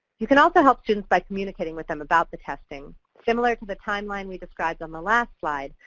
you can also help students by communicating with them about the testing. similar to the timeline we described on the last slide,